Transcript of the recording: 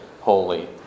holy